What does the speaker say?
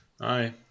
Aye